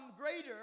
greater